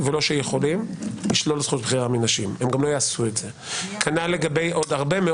חקיקות בעולם וגם על חוקי יסוד שהתקבלו ונשארו בחיים לתקופה ארוכה,